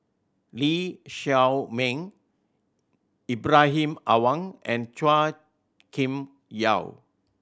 Lee Shao Meng Ibrahim Awang and Chua Kim Yeow